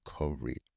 recovery